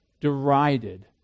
derided